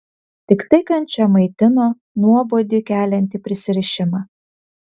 tiktai kančia maitino nuobodį keliantį prisirišimą